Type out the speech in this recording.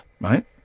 Right